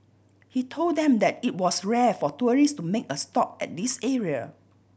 he told them that it was rare for tourist to make a stop at this area